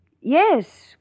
Yes